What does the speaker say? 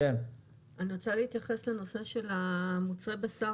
אני רוצה להתייחס לנושא של מוצרי בשר